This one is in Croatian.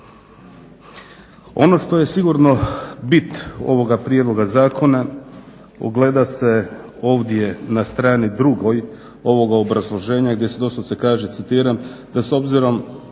Ono što je sigurno bit ovoga prijedloga zakona ogleda se ovdje na strani 2. ovoga obrazloženja gdje se doslovce kaže, citiram: "da s obzirom